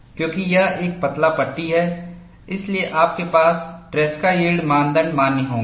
क्योंकि यह एक पतला पट्टी है इसलिए आपके पास ट्रेसकाTresca's यील्ड मानदंड मान्य होंगे